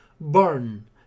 Burn